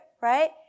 right